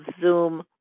Zoom